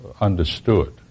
Understood